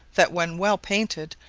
that when well painted,